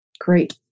great